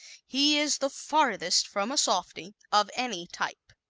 he is the farthest from a softie of any type.